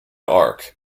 arc